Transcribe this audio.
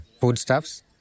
foodstuffs